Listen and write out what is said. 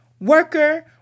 worker